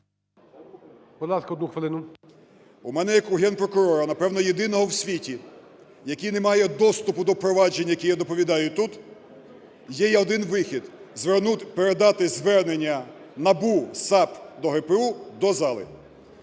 у мене, як у Генпрокурора, напевно, єдиного в світі, який не має доступу до впровадження, які я доповідаю тут, є один вихід: передати звернення НАБУ, САП до ГПУ до зали.